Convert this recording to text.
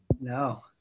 No